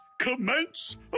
Commence